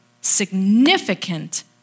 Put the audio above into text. significant